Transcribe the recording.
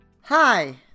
Hi